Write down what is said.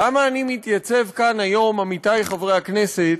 למה אני מתייצב כאן היום, עמיתי חברי הכנסת,